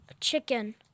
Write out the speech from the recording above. Chicken